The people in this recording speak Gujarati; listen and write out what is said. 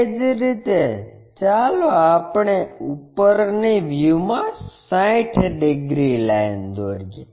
એ જ રીતે ચાલો આપણે ઉપરની વ્યૂમાં 60 ડિગ્રી લાઈન દોરીએ